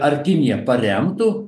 ar kinija paremtų